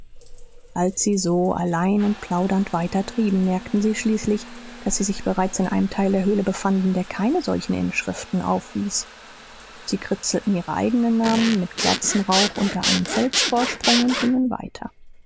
als sie so allein und plaudernd weitertrieben merkten sie schließlich daß sie sich bereits in einem teil der höhle befanden der keine solchen inschriften aufwies sie kritzelten ihre eigenen namen mit kerzenrauch unter einen felsvorsprung und gingen weiter